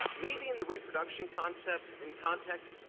maybe in the reproduction concept, in context,